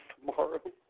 tomorrow